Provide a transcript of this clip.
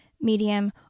medium